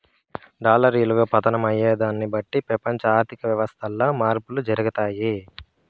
dollar ఇలువ పతనం అయ్యేదాన్ని బట్టి పెపంచ ఆర్థిక వ్యవస్థల్ల మార్పులు జరగతాయి